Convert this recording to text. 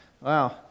Wow